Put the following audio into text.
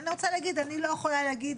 אני רוצה להגיד, אני לא יכולה להגיד